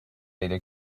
پیدا